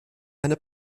eine